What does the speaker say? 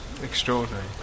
Extraordinary